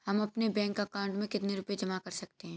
हम अपने bank account में कितने रुपये जमा कर सकते हैं?